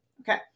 Okay